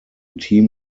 team